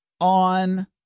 on